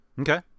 Okay